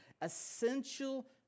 essential